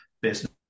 business